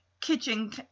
kitchen